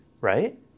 Right